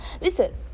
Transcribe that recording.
listen